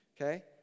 okay